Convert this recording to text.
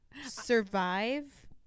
Survive